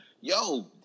yo